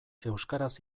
euskaraz